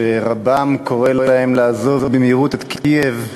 שרבם קורא להם לעזוב במהירות את קייב,